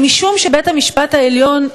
ומשום שבית-המשפט העליון,